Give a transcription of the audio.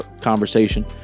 conversation